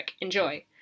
enjoy